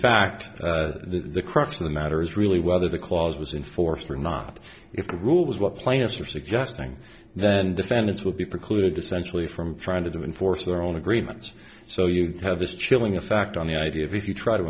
fact the crux of the matter is really whether the clause was in force or not if the rule was what plants are suggesting then defendants will be precluded essentially from trying to do enforce their own agreements so you have this chilling effect on the idea of if you try to